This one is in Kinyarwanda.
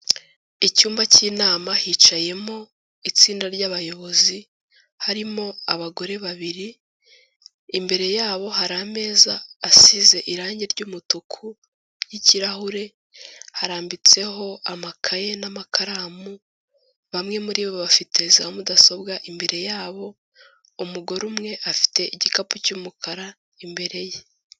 Icyumba k'inama, hicayemo itsinda ry'bayobozi, harimo abagore babiri, imbere yabo hari ameza asize irangi ry'umutuku n'ikirahure, harambitseho amakaye n'amakaramu, bamwe muri bo bafite za mudasobwa imbere yabo, umugore umwe afite igikapu cy'umukara imbere ye.